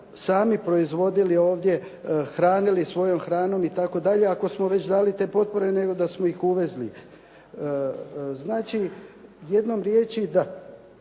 sami proizvodili ovdje, hranili svojom hranom itd. ako smo već dali te potpore, nego da smo ih uvezli. Znači, jednom riječi da